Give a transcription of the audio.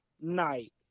night